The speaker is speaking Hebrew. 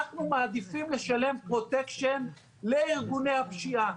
אנחנו מעדיפים לשלם פרוטקשן לארגוני הפשיעה.